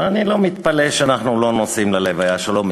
אני לא מתפלא שאנחנו לא נוסעים ללוויה שלו,